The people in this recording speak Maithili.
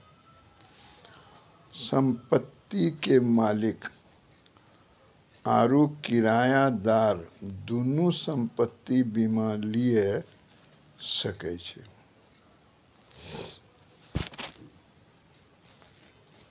संपत्ति के मालिक आरु किरायादार दुनू संपत्ति बीमा लिये सकै छै